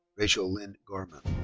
rachael lynn garman.